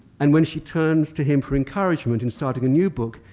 and when she turns to him for encouragement in starting a new book,